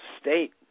state